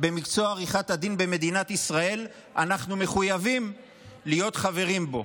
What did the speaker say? במקצוע עריכת הדין במדינת ישראל אנחנו מחויבים להיות חברים בו.